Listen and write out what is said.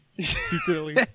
Secretly